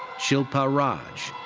shilpa raj.